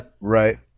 Right